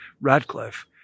Radcliffe